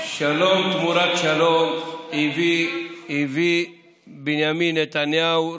שלום תמורת שלום הביא בנימין נתניהו,